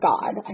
God